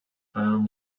found